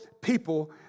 people